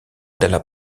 della